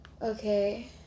Okay